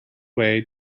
way